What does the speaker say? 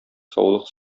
саулык